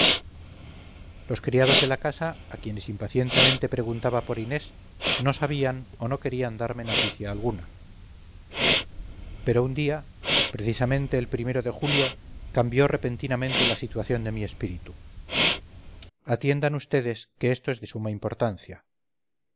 los criados de la casa a quienes impacientemente preguntaba por inés no sabían o no querían darme noticia alguna pero un día precisamente el o de julio cambió repentinamente la situación de mi espíritu atiendan ustedes que esto es de suma importancia